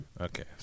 Okay